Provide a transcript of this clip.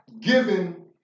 given